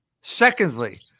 Secondly